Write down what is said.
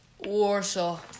Warsaw